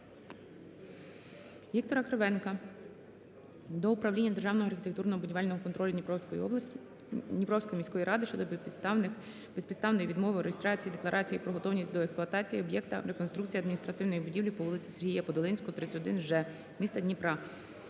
Віктора Кривенка до Управління державного архітектурно-будівельного контролю Дніпровської області… Дніпровської міської ради щодо безпідставної відмови у реєстрації декларації про готовність до експлуатації об'єкта – "Реконструкція адміністративної будівлі по вулиці Сергія Подолинського, 31 Ж, міста Дніпра".